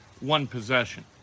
one-possession